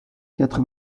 quatre